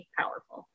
powerful